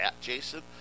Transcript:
Jason